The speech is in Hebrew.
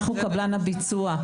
אנחנו קבלן הביצוע.